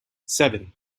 seven